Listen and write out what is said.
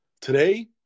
Today